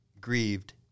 grieved